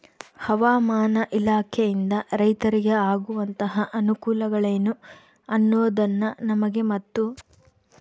ಹವಾಮಾನ ಇಲಾಖೆಯಿಂದ ರೈತರಿಗೆ ಆಗುವಂತಹ ಅನುಕೂಲಗಳೇನು ಅನ್ನೋದನ್ನ ನಮಗೆ ಮತ್ತು?